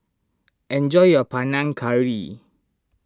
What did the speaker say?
enjoy your Panang Curry